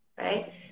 Right